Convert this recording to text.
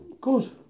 Good